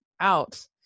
out